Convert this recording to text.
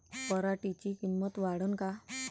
पराटीची किंमत वाढन का?